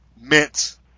meant